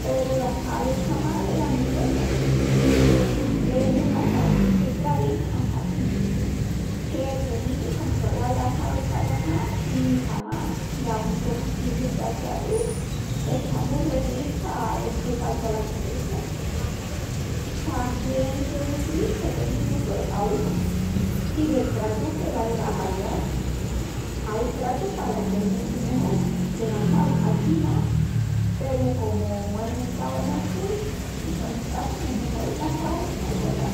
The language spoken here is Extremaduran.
Peru la sal escamá le da mil güeltas. Es una sal que s'entra bien enas carnis, que premiti controlal la sal esparramá i qu'amás da un toqui crujienti al pratu que está mu rebién pa desfrutal tola esperiencia. Tamién quieu izil, pendi'l gustu de caúnu i del pratu que vaigas a avial, ai pratus palos qu'es muchu mejol de gastal sal fina, peru comu é mentau enantis, si sonin carnis es mejol gastal sal gorda.